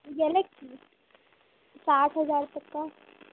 साठ हज़ार तक का